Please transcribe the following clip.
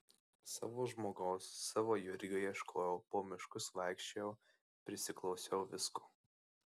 savo žmogaus savo jurgio ieškojau po miškus vaikščiojau prisiklausiau visko